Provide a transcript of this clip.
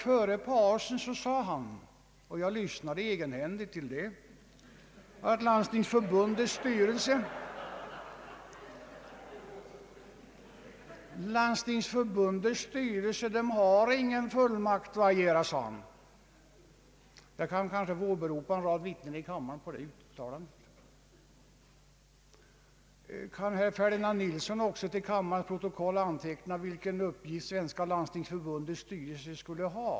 Före middagspausen sade han — jag lyssnade själv till det — att Svenska landstingsförbundets styrelse inte har någon fullmakt att agera. Jag kan kanske få åberopa en rad vittnen i kammaren för det uttalandet. Kan herr Ferdinand Nilsson till kammarens protokoll också anteckna vilken uppgift Svenska landstingsförbundets styrelse skall ha?